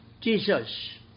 Jesus